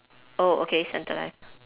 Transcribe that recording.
oh okay centre left